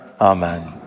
Amen